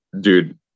Dude